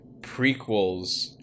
prequels